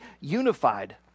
unified